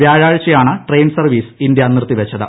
വ്യാഴാഴ്ചയാണ് train service India നിർത്തി വച്ചത്